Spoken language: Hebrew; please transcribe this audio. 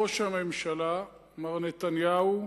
ראש הממשלה, מר נתניהו,